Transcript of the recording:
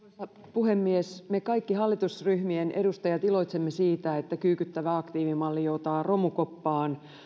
puhemies me kaikki hallitusryhmien edustajat iloitsemme siitä että kyykyttävä aktiivimalli joutaa romukoppaan